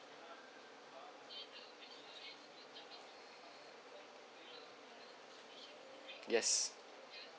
yes